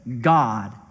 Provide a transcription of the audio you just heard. God